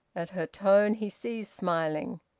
at her tone he ceased smiling.